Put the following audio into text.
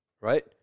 Right